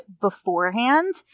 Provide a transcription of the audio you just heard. beforehand